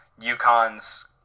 UConn's